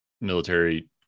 military